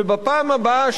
עמיתי חברי הכנסת,